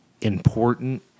important